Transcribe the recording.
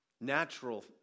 natural